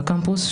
בקמפוס,